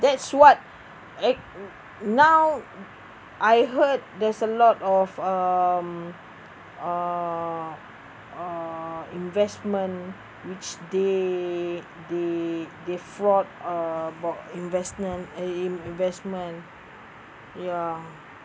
that's what now I heard there's a lot of um uh uh investment which they they they fraud about investment uh in investment ya